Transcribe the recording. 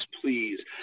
please